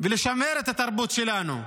לשמר את התרבות שלנו,